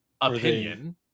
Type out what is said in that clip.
opinion